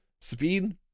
Sabine